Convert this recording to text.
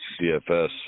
CFS